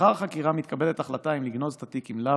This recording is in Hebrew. לאחר החקירה מתקבלת החלטה אם לגנוז את התיק אם לאו.